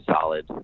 solid